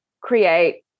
create